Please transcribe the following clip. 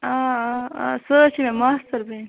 آ آ آ سۄ حظ چھِ مےٚ ماستٕر بیٚنہِ